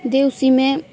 ते उसी मै